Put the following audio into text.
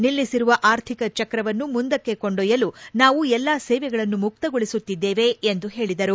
ನಿಲ್ಲಿಸಿರುವ ಆರ್ಥಿಕ ಚಕ್ರವನ್ನು ಮುಂದಕ್ಕೆ ಕೊಂಡೊಯ್ಯಲು ನಾವು ಎಲ್ಲಾ ಸೇವೆಗಳನ್ನು ಮುಕ್ತಗೊಳಿಸುತ್ತಿದ್ದೇವೆ ಎಂದು ಹೇಳಿದರು